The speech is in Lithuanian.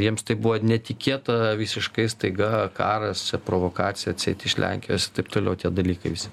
jiems tai buvo netikėta visiškai staiga karas čia provokacija atseit iš lenkijosir taip toliau tie dalykai visi